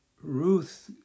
Ruth